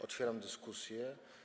Otwieram dyskusję.